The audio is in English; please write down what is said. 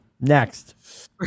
next